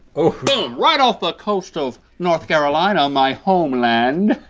oh. boom, right off the coast of north carolina, my home land.